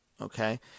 Okay